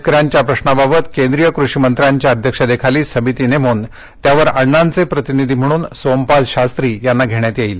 शेतक यांच्या प्रश्नाबाबत केंद्रीय कृषीमंत्र्यांच्या अध्यक्षतेखाली समिती नेमून त्यावर अण्णांचे प्रतिनिधी म्हणून सोमपाल शास्त्री यांना घेण्यात येईल